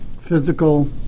physical